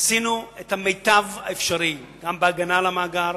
עשינו את המיטב האפשרי גם בהגנה על המאגר,